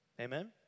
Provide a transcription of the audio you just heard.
Amen